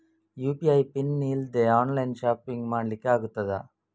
UPI PIN ಇಲ್ದೆ online shopping ಮಾಡ್ಲಿಕ್ಕೆ ಆಗ್ತದಾ?